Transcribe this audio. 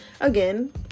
Again